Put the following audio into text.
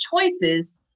choices